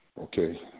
Okay